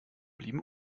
blieben